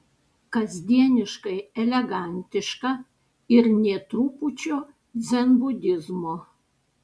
kasdieniškai elegantiška ir nė trupučio dzenbudizmo